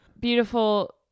Beautiful